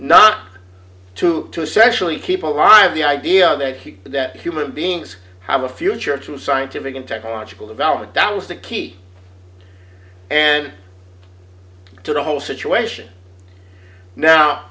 not to to sexually keep alive the idea that human beings have a future to scientific and technological development that was the key and to the whole situation now